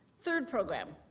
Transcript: third program,